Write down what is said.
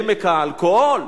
בעמק האלכוהול?